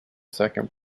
second